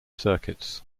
circuits